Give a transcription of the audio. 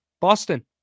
Boston